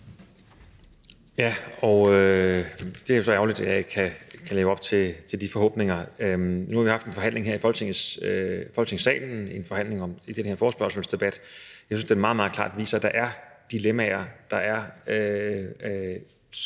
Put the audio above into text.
Ja, og det er jo så ærgerligt, at jeg ikke kan leve op til de forhåbninger. Nu har vi haft en forhandling her i Folketingssalen med den her forespørgselsdebat. Jeg synes, at det meget, meget klart viser, at der er dilemmaer, og at